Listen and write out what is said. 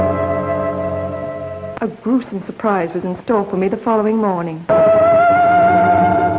a gruesome surprises in store for me the following morning